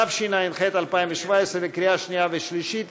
התשע"ח 2017, בקריאה שנייה ושלישית.